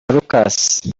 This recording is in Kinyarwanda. lucas